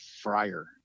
friar